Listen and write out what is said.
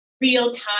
real-time